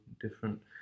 different